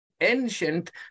ancient